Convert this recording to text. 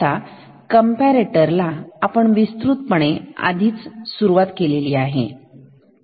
आता कंपरेटरला आपण विस्तृतपणे आधीच सुरुवात केलेली आहे